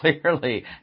clearly